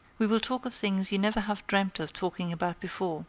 we will talk of things you never have dreamt of talking about before